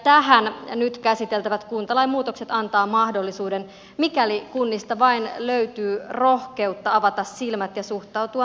tähän nyt käsiteltävät kuntalain muutokset antavat mahdollisuuden mikäli kunnista vain löytyy rohkeutta avata silmät ja suhtautua avarakatseisesti tulevaisuuteen